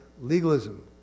legalism